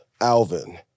Alvin